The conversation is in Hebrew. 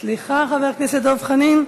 סליחה, חבר הכנסת דב חנין,